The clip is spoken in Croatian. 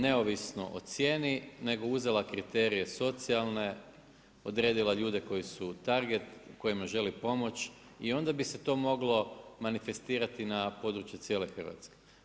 Neovisno o cijeni nego uzela kriterije socijalne, odredila ljude koji su target, kojima želi pomoći, i onda bi se to moglo manifestirati na području cijele Hrvatske.